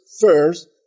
first